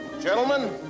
Gentlemen